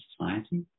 society